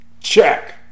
check